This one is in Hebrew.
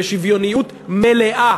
בשוויוניות מלאה